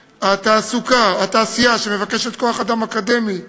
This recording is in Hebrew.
וכשהתעשייה שמבקשת כוח-אדם אקדמי,